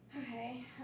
Okay